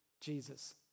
Jesus